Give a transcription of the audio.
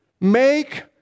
Make